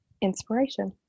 inspiration